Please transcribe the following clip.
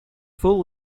full